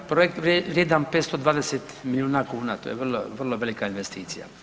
Projekt vrijedan 520 milijuna kuna, to je vrlo velika investicija.